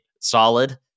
solid